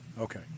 okay